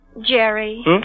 Jerry